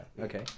Okay